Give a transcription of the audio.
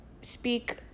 speak